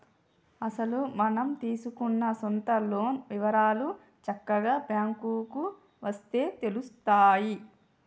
అసలు మనం తీసుకున్న సొంత లోన్ వివరాలు చక్కగా బ్యాంకుకు వస్తే తెలుత్తాయి